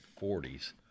40s